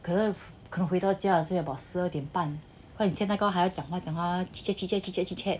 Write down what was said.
可能可回到家 lets say about 十二点半他切蛋糕那个时候还要讲话讲话 chit chat chit chat chit chat